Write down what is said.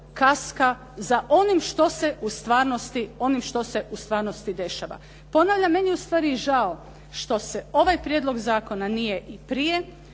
kaska za onim što se u stvarnosti dešava. Ponavljam, meni je ustvari žao što ovaj prijedlog zakona nije i prije